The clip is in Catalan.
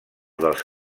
dels